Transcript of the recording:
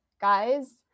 guys